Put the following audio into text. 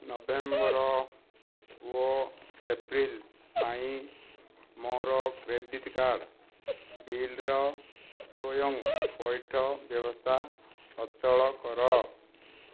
November ଓ April ପାଇଁ ମୋର କ୍ରେଡ଼ିଟ୍ କାର୍ଡ଼ ବିଲ୍ର ସ୍ଵୟଂ ପଇଠ ବ୍ୟବସ୍ଥା ଅଚଳ କର